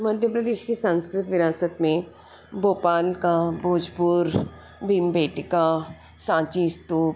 मध्य प्रदेश की संस्कृत विरासत में भोपाल का भोजपुर भीमबेटका साँची स्तूप